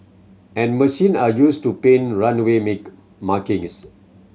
and machine are used to paint runway make markings